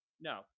No